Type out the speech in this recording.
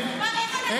מה לך ולחופש ביטוי?